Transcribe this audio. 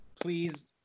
Please